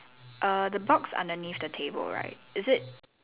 err the box underneath the table right is it